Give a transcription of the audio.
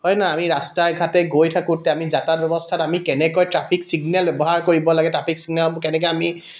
হয় নহয় আমি ৰাস্তাই ঘাটে গৈ থাকোতে আমি যাত্ৰা ব্যৱস্থাত আমি কেনেকৈ ট্ৰাফিক চিগনেল ব্যৱহাৰ কৰিব লাগে ট্ৰাফিক চিগনেলবোৰ কেনেকৈ আমি